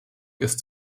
ist